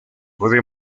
puede